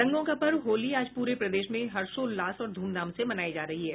रंगों का पर्व होली आज पूरे प्रदेश में हर्षोल्लास और धूमधाम से मनाया जा रहा है